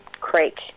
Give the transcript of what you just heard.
creek